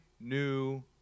new